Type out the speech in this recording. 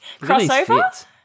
Crossover